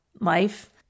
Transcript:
life